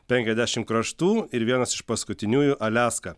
penkiasdešim kraštų ir vienas iš paskutiniųjų aliaska